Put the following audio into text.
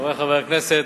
חברי חברי הכנסת,